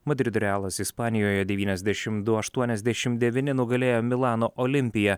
madrido realas ispanijoje devyniasdešim du aštuoniasdešim devyni nugalėjo milano olimpiją